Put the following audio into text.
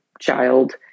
child